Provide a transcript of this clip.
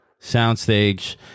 soundstage